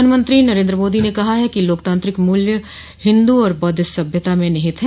प्रधानमंत्री नरेन्द्र मोदी ने कहा है कि लोकतांत्रिक मूल्य हिंदू और बौद्ध सभ्यता में निहित हैं